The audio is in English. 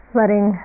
letting